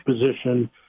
position